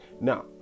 Now